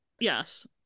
Yes